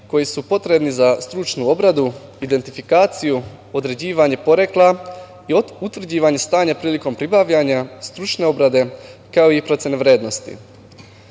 koji su potrebni za stručnu obradu, identifikaciju, određivanje porekla i utvrđivanje stanja prilikom pribavljanja, stručne obrade, kao i procena vrednosti. Svi